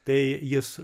tai jis